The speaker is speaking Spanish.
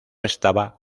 estaba